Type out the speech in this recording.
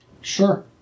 Sure